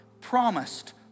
promised